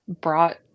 brought